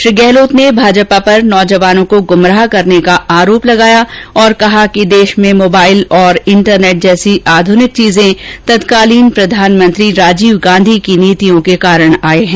श्री गहलोत ने भाजपा पर नौजवानों को गुमराह करने का आरोप लगाया और कहा कि देश में मोबाईल और इंटरनेट जैसी आधुनिक चीजें तत्कालीन प्रधानमंत्री राजीव गांधी की नीतियों के कारण आये है